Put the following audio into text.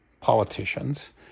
politicians